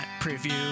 preview